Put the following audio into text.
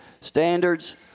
standards